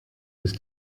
ist